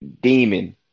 demon